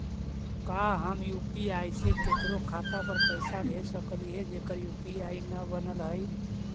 का हम यु.पी.आई से केकरो खाता पर पैसा भेज सकली हे जेकर यु.पी.आई न बनल है?